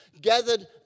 gathered